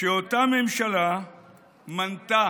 שאותה ממשלה מנתה